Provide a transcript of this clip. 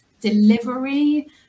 delivery